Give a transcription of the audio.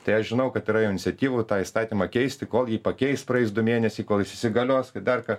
tai aš žinau kad yra jau iniciatyvų tą įstatymą keisti kol jį pakeis praeis du mėnesiai kol jis įsigalios ir dar ką